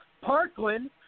Parkland